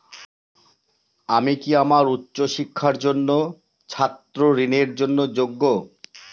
আমি কি আমার উচ্চ শিক্ষার জন্য ছাত্র ঋণের জন্য যোগ্য?